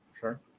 Sure